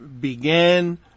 began